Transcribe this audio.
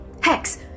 Hex